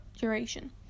duration